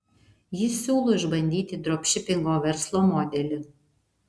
jis siūlo išbandyti dropšipingo verslo modelį